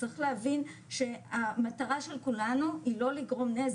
צריך להבין המטרה של כולנו היא לא לגרום נזק,